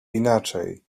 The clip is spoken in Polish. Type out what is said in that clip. inaczej